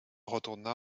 retourna